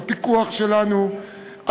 הפיקוח שלנו,